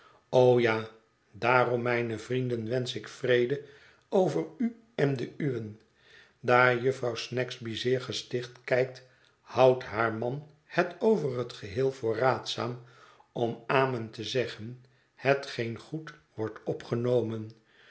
o ja daarom mijne vrienden wensch ik vrede over u en de uwen daar jufvrouw snagsby zeer gesticht kijkt houdt haar man het over het geheel voor raadzaam om amen te zeggen hetgeen goed wordt opgenomen